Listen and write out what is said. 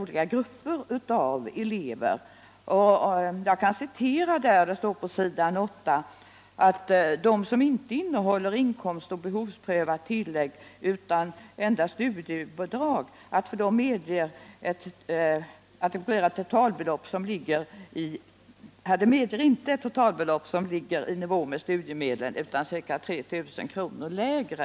Jag kan citera — från s. 8 i propositionen — där det sägs beträffande förslaget att det för dem ”som inte erhåller inkomstoch behovsprövat tillägg utan endast studiebidrag, inte medger ett totalbelopp som ligger i nivå med studiemedlen utan ca 3 000 kr. lägre.